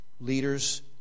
leaders